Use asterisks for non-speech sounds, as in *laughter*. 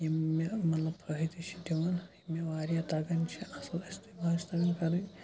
یِم مےٚ مَطلَب فٲیِدٕ چھِ دِوان مےٚ واریاہ تَگان چھِ اَصل *unintelligible* تَگان کَرٕنۍ